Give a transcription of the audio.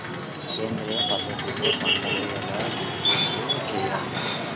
సేంద్రియ పద్ధతిలో పంటలు ఎలా గుర్తింపు చేయాలి?